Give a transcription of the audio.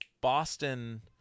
Boston